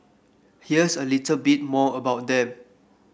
here's a little bit more about them